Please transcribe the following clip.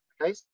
Okay